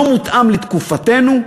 לא מותאם לתקופתנו,